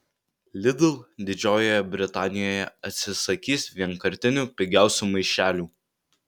lidl didžiojoje britanijoje atsisakys vienkartinių pigiausių maišelių